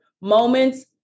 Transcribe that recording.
moments